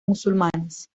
musulmanes